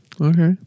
Okay